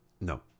no